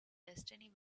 destiny